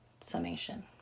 summation